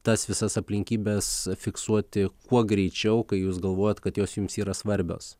tas visas aplinkybes fiksuoti kuo greičiau kai jūs galvojat kad jos jums yra svarbios